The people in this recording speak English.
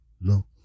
No